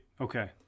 Okay